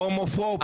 ההומופוב.